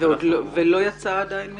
ולא יצא עדיין מכרז?